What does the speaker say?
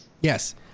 Yes